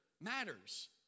matters